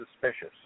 suspicious